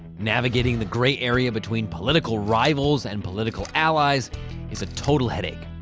navigating the gray area between political rivals and political allies is a total headache.